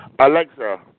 Alexa